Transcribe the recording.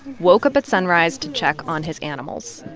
woke up at sunrise to check on his animals.